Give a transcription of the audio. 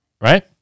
right